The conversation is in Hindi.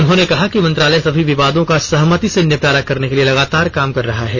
उन्होंने कहा कि मंत्रालय सभी विवादों का सहमति से निपटारा करने के लिए लगातार काम कर रहा है